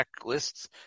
checklists